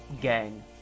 gang